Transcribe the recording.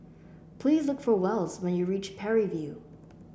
please look for Wells when you reach Parry View